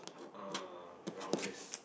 uh rounders